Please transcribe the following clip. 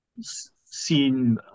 seen